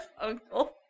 uncle